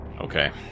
Okay